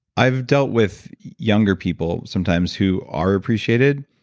i've dealt with younger people sometimes who are appreciated,